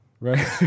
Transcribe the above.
Right